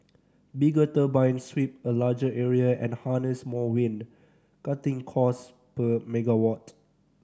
bigger turbines sweep a larger area and harness more wind cutting cost per megawatt